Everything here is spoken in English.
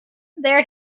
there